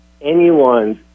anyone's